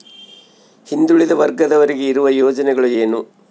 ಹಿಂದುಳಿದ ವರ್ಗದವರಿಗೆ ಇರುವ ಯೋಜನೆಗಳು ಏನು?